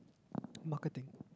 marketing